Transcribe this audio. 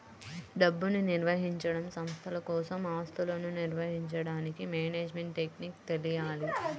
డబ్బుని నిర్వహించడం, సంస్థల కోసం ఆస్తులను నిర్వహించడానికి మేనేజ్మెంట్ టెక్నిక్స్ తెలియాలి